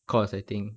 course I think